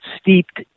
steeped